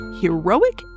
Heroic